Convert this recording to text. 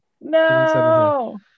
No